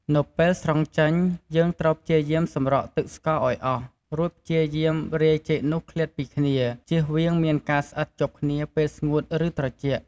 នៅពេលស្រង់ចេញ យើងត្រូវព្យាយាមសម្រក់ទឹកស្ករឲ្យអស់ រួចព្យាយាមរាយចេកនោះឃ្លាតពីគ្នា ជៀសវាងមានការស្អិតជាប់គ្នាពេលស្ងួត ឬ ត្រជាក់។